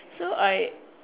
so I